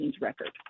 record